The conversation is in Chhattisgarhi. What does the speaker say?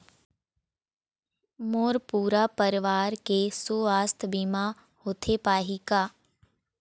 मोर पूरा परवार के सुवास्थ बीमा होथे पाही का?